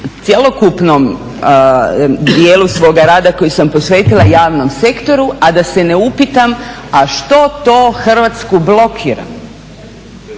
cjelokupnom dijelu svoga rada koji sam posvetila javnom sektoru, a da se ne upitam, a što to Hrvatsku blokira,